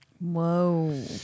Whoa